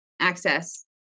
access